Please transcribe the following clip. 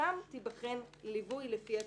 זכאותם תיבחן ליווי לפי התפקוד.